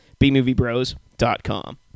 bmoviebros.com